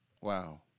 wow